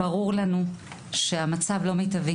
ברור לנו שהמצב לא מיטבי